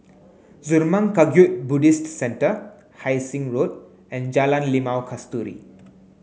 Zurmang Kagyud Buddhist Centre Hai Sing Road and Jalan Limau Kasturi